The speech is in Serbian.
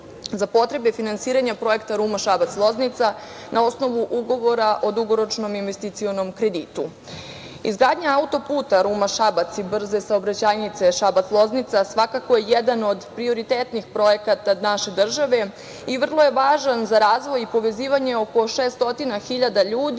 za potrebe finansiranja projekta Ruma-Šabac-Loznica, na osnovu ugovora o dugoročnom investicionom kreditu. Izgradnja auto-puta Ruma-Šabac i brze saobraćajnice Šabac-Loznica, svakako je jedan od prioritetnih projekata naše države i vrlo je važan za razvoj i povezivanje oko 600 hiljada